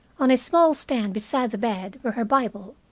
on a small stand beside the bed were her bible,